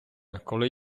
коли